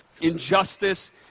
injustice